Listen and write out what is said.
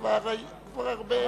כבר הרבה,